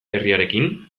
herriarekin